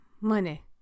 money